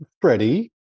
Freddie